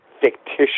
fictitious